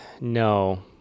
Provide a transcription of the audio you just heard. no